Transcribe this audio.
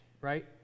right